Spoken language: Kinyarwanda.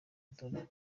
dore